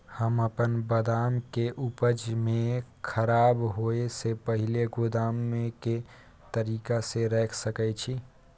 हम अपन बदाम के उपज के खराब होय से पहिल गोदाम में के तरीका से रैख सके छी?